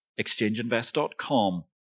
exchangeinvest.com